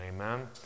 Amen